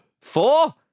Four